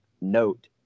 note